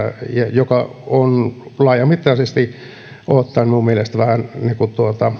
joka on laajamittaisesti ottaen minun mielestäni vähän niin kuin